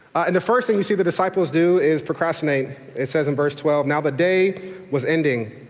and the first thing you see the disciples do is procrastinate. it says in verse twelve now the day was ending.